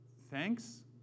Thanks